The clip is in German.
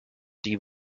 die